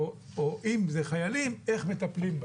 או אם זה חיילים, איך מטפלים בהם,